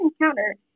encounter